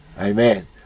Amen